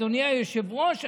אדוני היושב-ראש,